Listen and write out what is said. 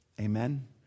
Amen